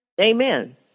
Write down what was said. Amen